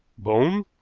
bone,